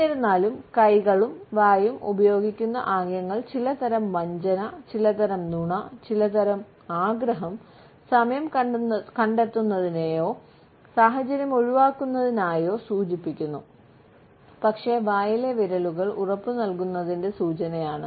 എന്നിരുന്നാലും കൈകളും വായും ഉപയോഗിക്കുന്ന ആംഗ്യങ്ങൾ ചിലതരം വഞ്ചന ചിലതരം നുണ ചിലതരം ആഗ്രഹം സമയം കണ്ടെത്തുന്നതിനെയോ സാഹചര്യം ഒഴിവാക്കുന്നതിനോയോ സൂചിപ്പിക്കുന്നു പക്ഷേ വായിലെ വിരലുകൾ ഉറപ്പുനൽകുന്നതിൻറെ സൂചനയാണ്